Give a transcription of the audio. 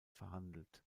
verhandelt